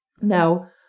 Now